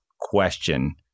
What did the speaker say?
question